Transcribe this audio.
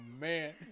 man